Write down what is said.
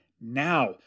Now